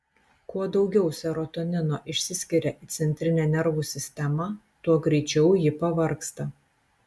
kuo daugiau serotonino išsiskiria į centrinę nervų sistemą tuo greičiau ji pavargsta